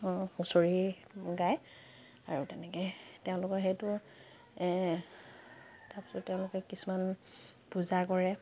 হুঁচৰি গায় আৰু তেনেকে তেওঁলোকৰ সেইটো তাৰপিছত তেওঁলোকে কিছুমান পূজা কৰে